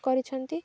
କରିଛନ୍ତି